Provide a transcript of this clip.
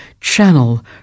channel